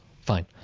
Fine